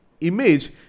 image